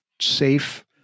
safe